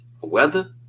weather